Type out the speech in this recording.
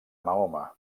mahoma